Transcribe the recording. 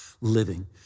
living